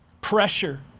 pressure